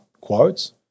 quotes